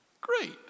Great